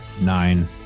Nine